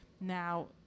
now